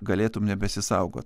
galėtum nebesisaugot